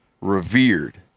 revered